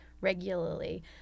regularly